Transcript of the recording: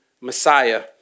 Messiah